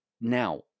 Now